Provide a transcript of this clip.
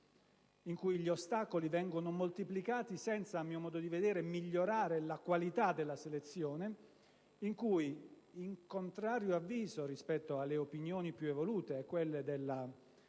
in cui gli ostacoli vengono moltiplicati senza, a mio modo di vedere, migliorare la qualità della selezione; in cui, in contrario avviso rispetto alle opinioni più evolute e a quelle dell'Autorità